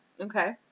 Okay